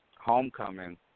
Homecoming